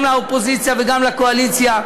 גם לאופוזיציה וגם לקואליציה.